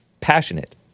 Passionate